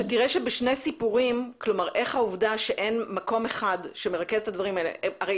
בשני הסיפורים רואים שאין מקום אחד שמרכז את הנושא הזה.